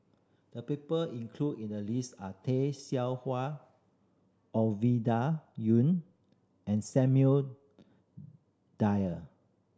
the people included in the list are Tay Seow Huah Ovidia Yu and Samuel Dyer